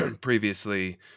previously